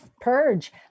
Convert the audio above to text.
purge